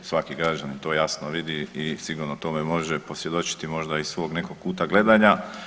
Svaki građanin to jasno vidi i sigurno tome može posvjedočiti možda iz svog nekog kuta gledanja.